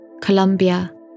Colombia